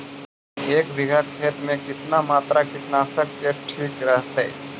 एक बीघा खेत में कितना मात्रा कीटनाशक के ठिक रहतय?